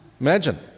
Imagine